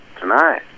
Tonight